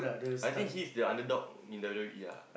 I think he's the underdog in W_W_E ah